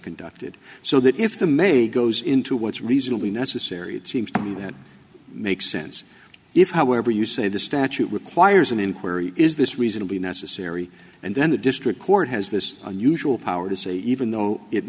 conducted so that if the maid goes into what's reasonably necessary it seems to me that makes sense if however you say the statute requires an inquiry is this reasonably necessary and then the district court has this unusual power to say even though it